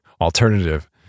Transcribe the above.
alternative